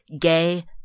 gay